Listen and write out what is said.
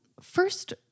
first